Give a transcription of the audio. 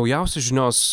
naujausios žinios